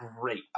great